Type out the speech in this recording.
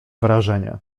wrażenie